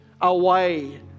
away